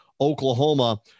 Oklahoma